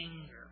anger